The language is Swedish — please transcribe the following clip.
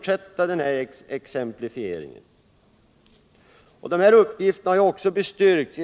i vinst.